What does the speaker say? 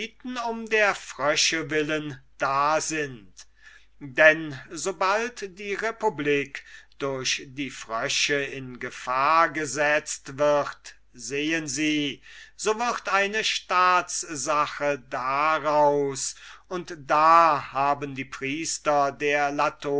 um der frösche willen da sind denn sobald die republik durch die frösche in gefahr gesetzt wird sehen sie so wird eine staatssache daraus und da haben die priester der